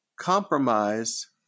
compromise